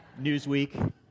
Newsweek